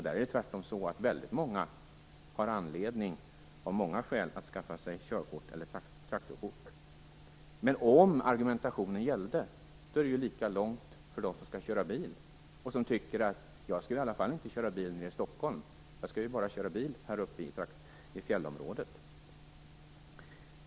Där är det tvärtom så, att väldigt många har anledning att skaffa sig körkort eller traktorkort av många skäl. Om argumentationen gällde kunde man hävda att det är lika långt för dem som skall köra bil, och som tycker att de i alla fall inte skall köra bil nere i Stockholm. De skall ju bara köra bil uppe i fjällområdet.